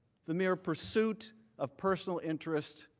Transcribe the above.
the mere pursuit of personal interest,